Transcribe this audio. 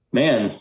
man